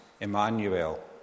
Emmanuel